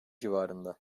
civarında